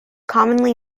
commonly